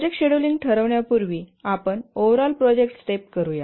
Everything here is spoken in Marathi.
प्रोजेक्ट शेड्यूलिंग ठरवण्यापूर्वी आपण ओव्हरऑल प्रोजेक्ट स्टेप करूया